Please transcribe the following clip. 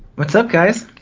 what's up, guys?